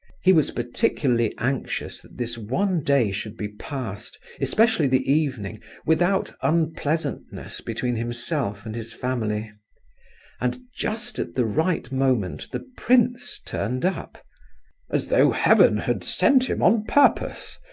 he was particularly anxious that this one day should be passed especially the evening without unpleasantness between himself and his family and just at the right moment the prince turned up as though heaven had sent him on purpose,